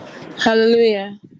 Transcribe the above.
Hallelujah